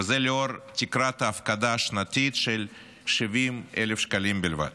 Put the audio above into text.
וזה לאור תקרת ההפקדה השנתית של 70,000 שקלים בלבד.